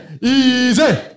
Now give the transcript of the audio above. Easy